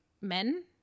Men